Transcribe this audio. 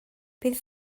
bydd